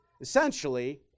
Essentially